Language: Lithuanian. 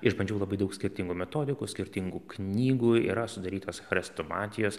išbandžiau labai daug skirtingų metodikų skirtingų knygų yra sudarytos chrestomatijos